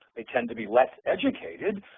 they tend to be less educated,